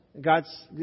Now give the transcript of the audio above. God's